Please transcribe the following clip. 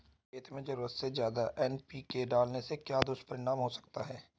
खेत में ज़रूरत से ज्यादा एन.पी.के डालने का क्या दुष्परिणाम हो सकता है?